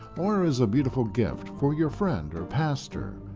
or as a beautiful gift for your friend or pastor.